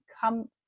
come